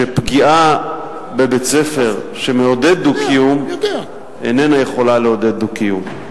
שפגיעה בבית-ספר שמעודד דו-קיום איננה יכולה לעודד דו-קיום.